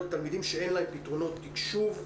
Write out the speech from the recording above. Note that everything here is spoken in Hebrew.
לתלמידים שאין להם פתרונות מחושב.